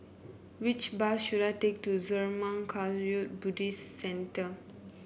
which bus should I take to Zurmang Kagyud Buddhist Centre